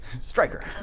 Striker